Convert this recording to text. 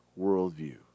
worldview